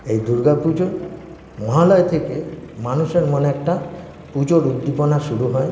এই দুর্গাপুজো মহালয়া থেকে মানুষের মনে একটা পুজোর উদ্দীপনা শুরু হয়